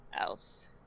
else